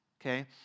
Okay